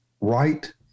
right